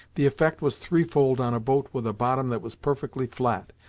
the effect was threefold on a boat with a bottom that was perfectly flat,